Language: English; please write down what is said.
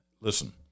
Listen